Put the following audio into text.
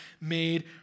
made